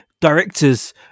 directors